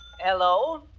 Hello